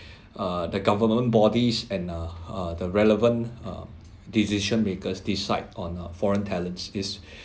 uh the government bodies and uh uh the relevant uh decision makers decide on uh foreign talents is